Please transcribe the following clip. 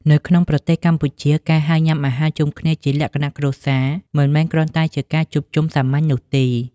នៅក្នុងប្រទេសកម្ពុជា ការហៅញ៉ាំអាហារជុំគ្នាជាលក្ខណៈគ្រួសារ មិនមែនគ្រាន់តែជាការជួបជុំសាមញ្ញនោះទេ។